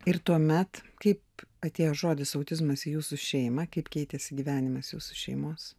ir tuomet kaip atėjęs žodis autizmas į jūsų šeimą kaip keitėsi gyvenimas jūsų šeimos